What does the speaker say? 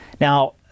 Now